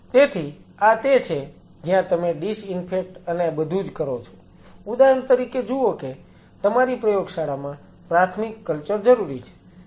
તેથી આ તે છે જ્યાં તમે ડિસઈન્ફેકટ અને બધું જ કરો છો ઉદાહરણ તરીકે જુઓ કે તમારી પ્રયોગશાળામાં પ્રાથમિક કલ્ચર જરૂરી છે